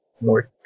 more